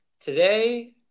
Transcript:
Today